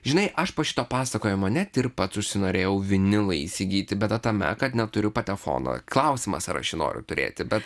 žinai aš po šito pasakojimo net ir pats užsinorėjau vinilą įsigyti bėda tame kad neturiu patefono klausimas ar aš jį noriu turėti bet